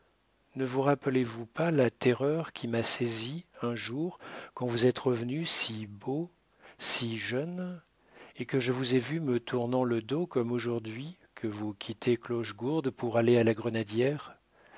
ne vous rappelez-vous pas la terreur qui m'a saisie un jour quand vous êtes revenu si beau si jeune et que je vous ai vu me tournant le dos comme aujourd'hui que vous quittez clochegourde pour aller à la grenadière